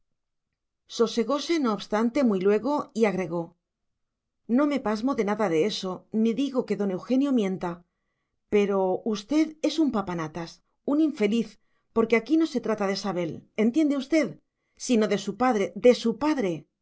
aceleradamente sosegóse no obstante muy luego y agregó no me pasmo de nada de eso ni digo que don eugenio mienta pero usted es un papanatas un infeliz porque aquí no se trata de sabel entiende usted sino de su padre de su padre